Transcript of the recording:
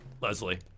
Leslie